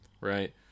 right